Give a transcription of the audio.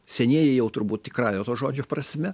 senieji jau turbūt tikrąja to žodžio prasme